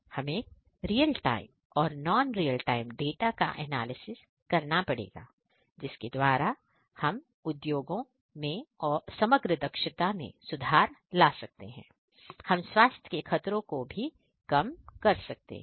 हमें real time और non real time data का एनालिसिस करना पड़ेगा जिसके द्वारा हम उद्योगों में और समग्र दक्षता में सुधार ला सकते हैं हम स्वास्थ्य के खतरों को भी कम कर सकते हैं